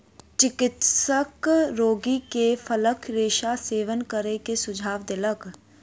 चिकित्सक रोगी के फलक रेशाक सेवन करै के सुझाव देलक